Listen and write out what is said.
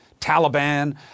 Taliban